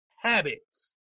habits